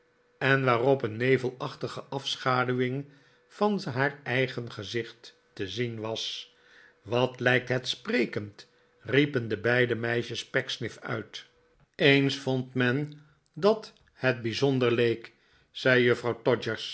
en waarop een nevelachtige afschaduwing van haar eigen gezicht te zien was wat lijkt het sprekend riepen de beide meisjes pecksniff uit eens vond men dat het bijzorider leek zei juffrouw